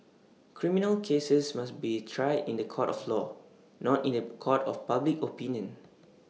criminal cases must be tried in The Court of law not in The Court of public opinion